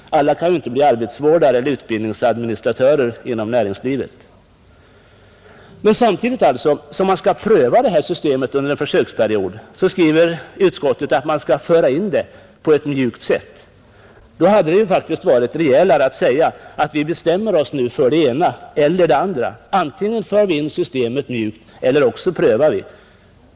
Alla kan ändå inte bli arbetsvårdare eller utbildningsadministratörer inom näringslivet. Men samtidigt som man skall pröva systemet under en försöksperiod skall man enligt utskottet föra in det på ett mjukt sätt. Det hade varit rejälare att bestämma sig för det ena eller det andra, antingen att föra in systemet eller att pröva det.